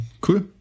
cool